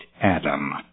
Adam